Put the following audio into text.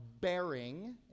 bearing